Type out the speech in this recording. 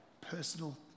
personal